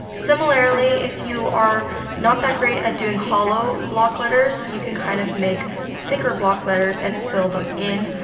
similarly, if you are not that great at doing hollow block letters, you can kind of make thicker block letters and fill them in,